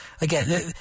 again